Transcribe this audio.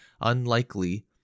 Unlikely